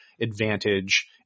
advantage